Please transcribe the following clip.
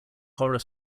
horror